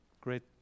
great